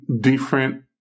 different